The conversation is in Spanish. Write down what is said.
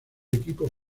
equipo